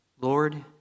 Lord